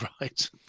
Right